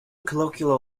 colloquial